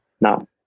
No